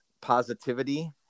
positivity